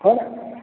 फल